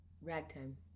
Ragtime